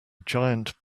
giant